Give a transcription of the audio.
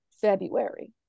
February